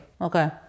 Okay